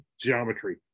geometry